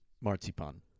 marzipan